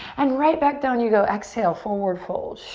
and right back down you go, exhale, forward fold.